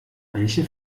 welche